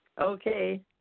Okay